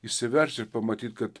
išsiversti ir pamatyti kad